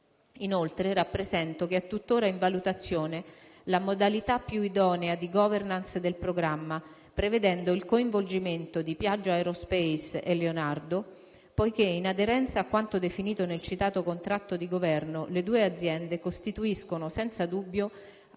Inoltre, rappresento che è tuttora in valutazione la modalità più idonea di *governance* del programma prevedendo il coinvolgimento di Piaggio aerospace e Leonardo poiché, in aderenza a quanto definito nel citato contratto di Governo, le due aziende costituiscono, senza dubbio alcuno, due